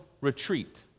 retreat